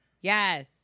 Yes